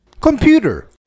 Computer